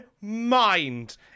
mind